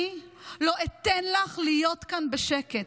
אני לא אתן לך להיות כאן בשקט.